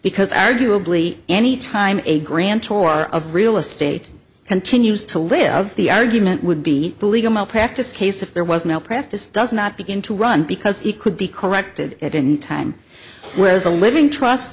because arguably any time a grant or of real estate continues to live the argument would be the legal malpractise case if there was no practice does not begin to run because he could be corrected it in time whereas a living trust